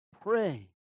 Pray